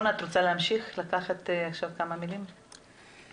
רקפת בן-גיא בבקשה.